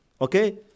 okay